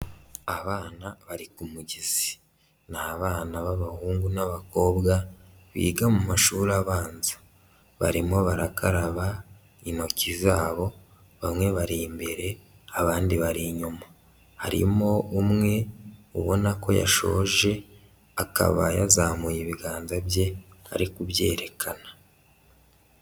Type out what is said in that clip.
Abana bari ku mugezi, ni abana b'abahungu n'abakobwa biga mu mashuri abanza, barimo barakaraba intoki zabo, bamwe bari imbere abandi bari inyuma, harimo umwe ubona ko yashoje, akaba yazamuye ibiganza bye ari kubyerekana.